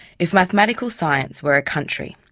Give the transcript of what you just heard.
if mathematical science were a country,